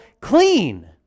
clean